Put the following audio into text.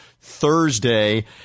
Thursday